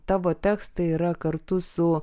tavo tekstai yra kartu su